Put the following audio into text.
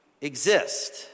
exist